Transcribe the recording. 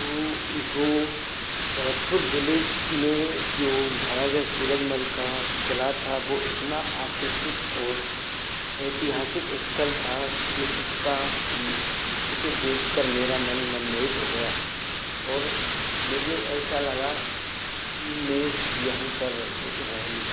तो वह भरतपुर ज़िले में जो महाराजा सूरजमल का किला था वो इतना आकर्षित और ऐतिहासिक स्थल था कि उसका उसे देख कर मेरा मन मनमोहित हो गया और मुझे ऐसा लगा कि मैं यहीं पर रह लूँ